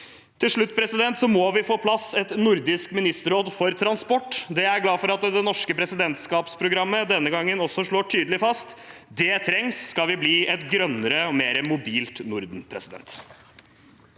Til slutt: Vi må få på plass et Nordisk ministerråd for transport. Det er jeg glad for at det norske presidentskapsprogrammet denne gangen også slår tydelig fast. Det trengs skal vi bli et grønnere og mer mobilt Norden.